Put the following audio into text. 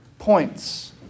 points